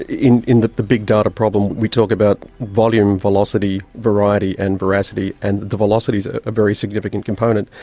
in in the the big data problem we talk about volume, velocity, variety and voracity, and the velocity is a very significant component.